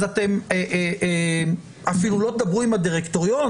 אז אתם אפילו תדברו עם הדירקטוריון?